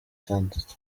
itandatu